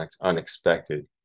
unexpected